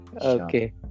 okay